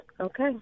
Okay